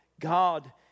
God